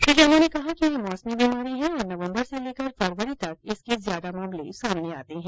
श्री शर्मा ने कहा यह मौसमी बीमारी है और नवम्बर से लेकर फरवरी तक इसके ज्यादा मामले सामने आते हैं